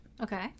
Okay